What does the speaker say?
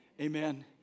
Amen